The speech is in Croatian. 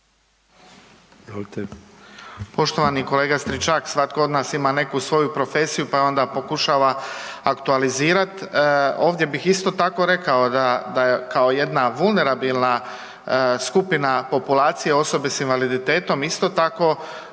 Poštovani kolega Stričak, svatko od nas ima neku svoju profesiju pa je onda pokušava aktualizirati. Ovdje bih isto tako rekao da kao jedna vulnerabilna skupina populacije osobe s invaliditetom isto tako